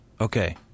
Okay